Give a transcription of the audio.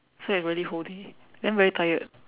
so it's really whole day then very tired